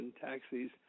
taxis